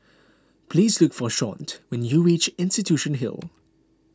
please look for Shawnte when you reach Institution Hill